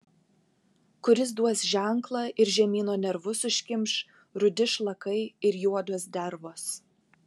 kuris duos ženklą ir žemyno nervus užkimš rudi šlakai ir juodos dervos